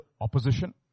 opposition